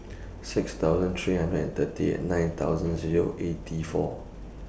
six thousand three hundred and thirty eight nine thousand Zero eighty four